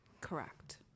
Correct